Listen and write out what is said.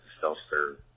self-serve